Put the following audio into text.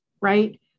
right